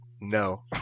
no